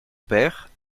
père